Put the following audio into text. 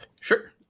Sure